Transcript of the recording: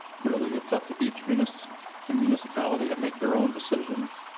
really it's up to each municipality municipality to make their own decisions